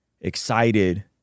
excited